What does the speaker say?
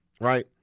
right